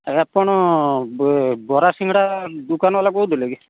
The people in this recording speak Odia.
ଆପଣ ବରା ସିଙ୍ଗଡ଼ା ଦୋକାନ ବାଲା କହୁଥିଲେ କି